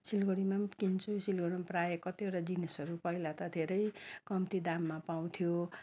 सिलगडीमा किन्छु सिलगडीमा प्रायः कतिवटा जिनिसहरू पहिला त धेरै कम्ती दाममा पाउँथ्यो